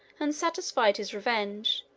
and satisfied his revenge,